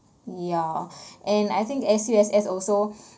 yeah and I think S_U_S_S also